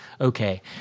okay